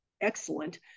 excellent